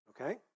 okay